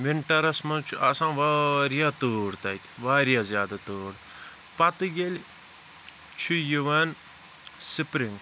وِنٹَرَس منٛز چھُ آسان واریاہ تۭر تَتہِ واریاہ زیادٕ تۭر پَتہِ ییلہٕ چھُ یِوان سِپرِنٛگ